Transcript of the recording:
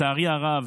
לצערי הרב,